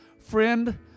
friend